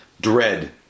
dread